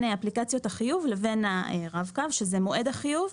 אפליקציות החיוב לבין הרב קו: מועד החיוב,